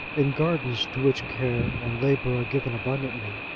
in gardens to which care and labour are given abundantly,